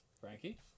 Frankie